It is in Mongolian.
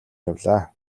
явлаа